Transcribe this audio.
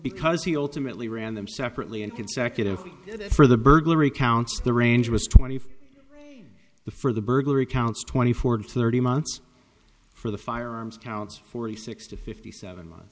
because he ultimately ran them separately and consecutive for the burglary counts the range was twenty for the for the burglary counts twenty four to thirty months for the firearms counts forty six to fifty seven months